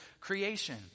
creation